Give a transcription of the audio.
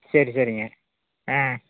சரி சரிங்க ஆ